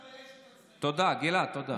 גלעד, תודה.